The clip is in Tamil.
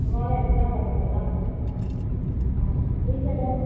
டுமாரோ எக்ஸாம் வருது என்ன பண்ண முடியும் ஆ வீட்டில் இருந்து அவன்